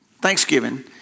Thanksgiving